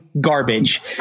garbage